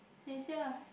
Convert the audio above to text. sincere right